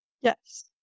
Yes